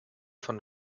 von